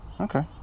Okay